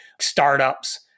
startups